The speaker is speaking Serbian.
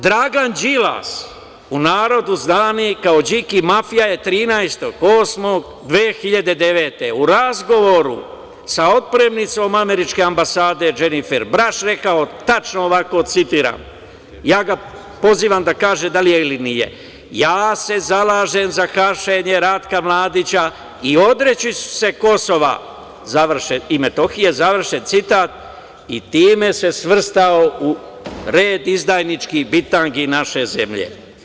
Dragan Đilas, u narodu zvani kao "Điki mafija" je 13.08.2009. godine u razgovoru sa otpremnicom američke ambasade Dženifer Braš rekao tačno ovako i ja ga pozivam da kaže da li je ili nije – ja se zalažem za hapšenje Ratka Mladića i odreći ću se Kosova i Metohije i time se svrstao u red izdajničkih bitangi naše zemlje.